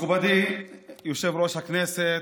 מכובדי יושב-ראש הכנסת,